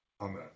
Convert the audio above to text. Amen